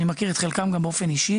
אני מכיר את חלקם באופן אישי